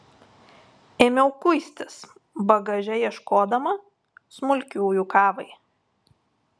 ėmiau kuistis bagaže ieškodama smulkiųjų kavai